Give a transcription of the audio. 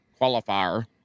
qualifier